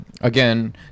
again